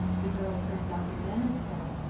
the girls heard dr. dennis say,